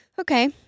okay